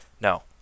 no